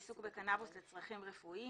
עיסוק בקנאבוס לצרכים רפואיים.